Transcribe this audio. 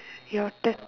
your turn